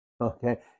Okay